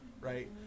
right